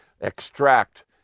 extract